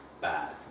Bad